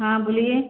हाँ बोलीए